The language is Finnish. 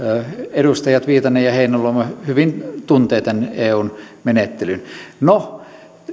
edustajat viitanen ja heinäluoma hyvin tuntevat tämän eun menettelyn no